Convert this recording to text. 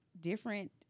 different